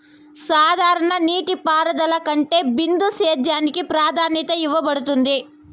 సాధారణ నీటిపారుదల కంటే బిందు సేద్యానికి ప్రాధాన్యత ఇవ్వబడుతుంది